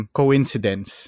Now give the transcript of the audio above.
coincidence